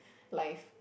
life